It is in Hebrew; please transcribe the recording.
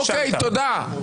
אוקי, תודה.